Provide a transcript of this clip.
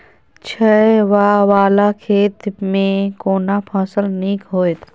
छै ॉंव वाला खेत में केना फसल नीक होयत?